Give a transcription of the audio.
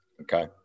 Okay